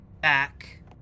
back